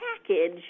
package